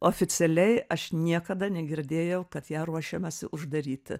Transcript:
oficialiai aš niekada negirdėjau kad ją ruošiamasi uždaryti